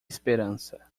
esperança